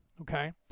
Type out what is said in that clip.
okay